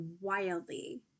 wildly